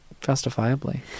justifiably